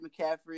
McCaffrey